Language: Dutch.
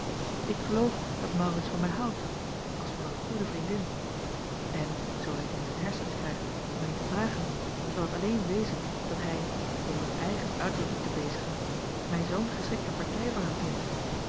k geloof dat aurits van mij houdt als van een goede vriendin en zoo hij t in zijn hersens krijgt mij te vragen zal het alleen wezen dat hij om uw eigen uitdrukking te bezigen mij zoo n geschikte partij voor hem vindt